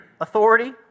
authority